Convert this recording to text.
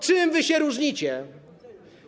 Czym wy się różnicie?